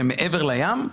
שהם מעבר לים.